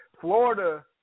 Florida